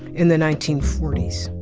in the nineteen forty s.